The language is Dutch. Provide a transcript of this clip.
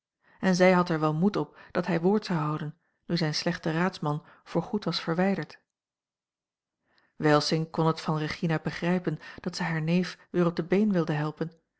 en zij had er wel moed op dat hij woord zou houden nu zijn slechte raadsman voorgoed was verwijderd welsink kon het van regina begrijpen dat zij haar neef weer op de been wilde helpen